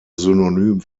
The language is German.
synonym